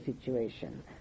situation